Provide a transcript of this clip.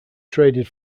traded